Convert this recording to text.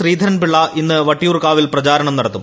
ശ്രീധരൻപിള്ള ഇന്ന് വട്ടിയൂർക്കാവിൽ പ്രചാരണം നടത്തും